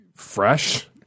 fresh